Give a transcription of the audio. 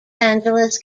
angeles